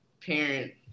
parent